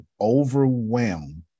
overwhelmed